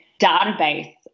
database